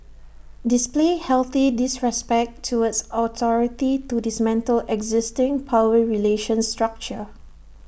display healthy disrespect towards authority to dismantle existing power relations structure